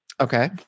Okay